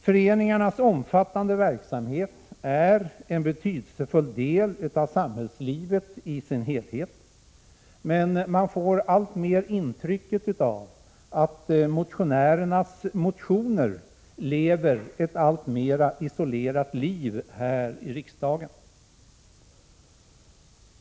Föreningarnas omfattande verksamhet är en betydelsefull del av samhällslivet i dess helhet, men man får alltmer intrycket att motionärernas motioner lever ett alltmera isolerat liv här i riksdagen.